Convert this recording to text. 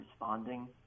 responding